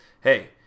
hey